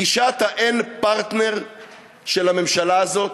גישת האין-פרטנר של הממשלה הזאת